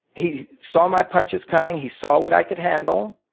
he saw my punches coming, he saw what i could handle.